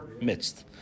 midst